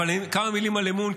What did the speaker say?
כמה מילים על אמון,